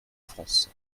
france